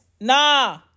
nah